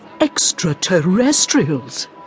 Extraterrestrials